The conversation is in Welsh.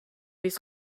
fis